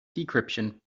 decryption